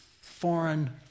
foreign